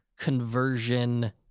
conversion